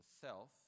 self